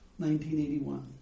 1981